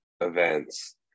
events